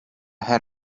had